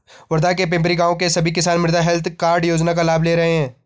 वर्धा के पिपरी गाँव के सभी किसान मृदा हैल्थ कार्ड योजना का लाभ ले रहे हैं